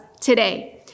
today